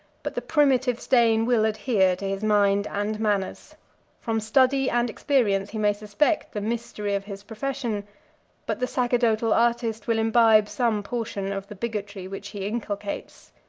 but the primitive stain will adhere to his mind and manners from study and experience he may suspect the mystery of his profession but the sacerdotal artist will imbibe some portion of the bigotry which he inculcates.